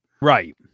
Right